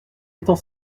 étant